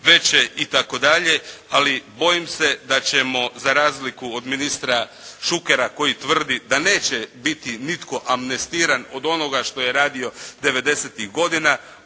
veće itd. Ali bojim se da ćemo za razliku od ministra Šukera koji tvrdi da neće biti nitko amnestiran od onoga što je radio devedesetih